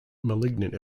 malignant